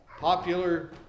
Popular